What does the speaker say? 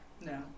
No